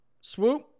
Swoop